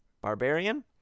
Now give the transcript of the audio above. Barbarian